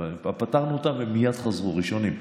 פתרנו אותה, ומייד הם חזרו, ראשונים.